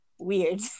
Weird